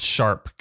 Sharp